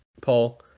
Paul